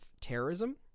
terrorism